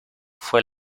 fue